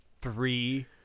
Three